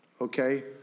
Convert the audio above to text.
okay